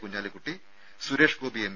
Kunhalikutty Suresh Gopi M